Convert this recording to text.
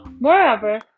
Moreover